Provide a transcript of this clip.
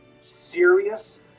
serious